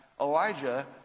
Elijah